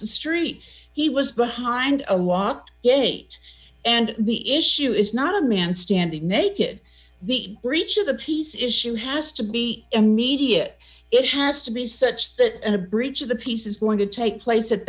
the street he was behind a watt yate and the issue is not a man standing naked the breach of the peace issue has to be immediate it has to be such that a breach of the peace is going to take place at